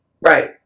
Right